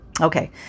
Okay